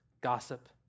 gossip